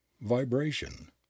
vibration